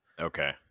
Okay